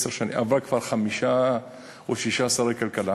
עברה כבר חמישה או שישה שרי כלכלה,